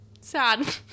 Sad